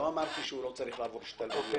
לא אמרתי שהוא לא צריך לעבור השתלמויות.